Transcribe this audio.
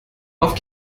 auf